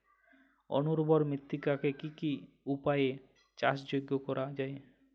অনুর্বর মৃত্তিকাকে কি কি উপায়ে চাষযোগ্য করা যায়?